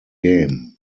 game